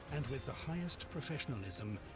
and with the highest professionalism,